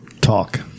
Talk